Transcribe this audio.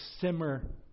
simmer